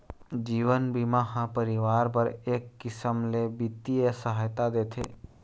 जीवन बीमा ह परिवार बर एक किसम ले बित्तीय सहायता देथे